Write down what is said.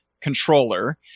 controller